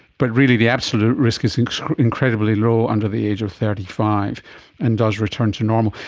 but really the absolute risk is and incredibly low under the age of thirty five and does return to normal.